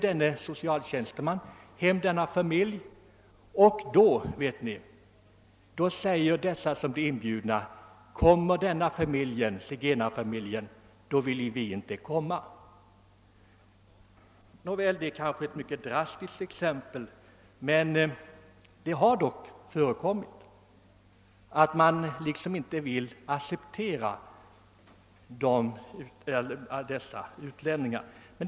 De grannar som blivit inbjudna sade emellertid: >Kommer denna zigenarfamilj vill vi inte kommal!» Det är kanske ett drastiskt exempel, men det har dock inträffat. Man vill liksom inte acceptera dessa invandrare.